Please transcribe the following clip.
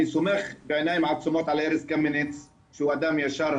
אני סומך בעיניים עצומות על ארז קמיניץ שהוא אדם ישר,